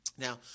Now